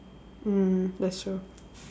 mm that's true